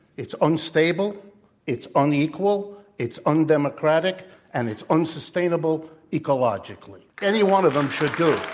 it's unstable it's unequal it's undemocratic and it's unsustainable ecologically. any one of them should do.